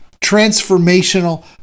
transformational